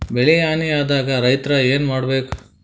ಬೆಳಿ ಹಾನಿ ಆದಾಗ ರೈತ್ರ ಏನ್ ಮಾಡ್ಬೇಕ್?